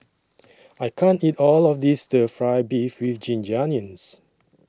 I can't eat All of This Stir Fry Beef with Ginger Onions